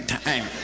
time